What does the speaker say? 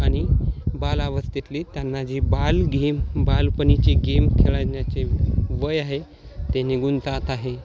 आणि बालावस्थेतली त्यांना जी बाल गेम बालपणीची गेम खेळण्याचे वय आहे ते निघून जात आहे